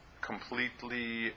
completely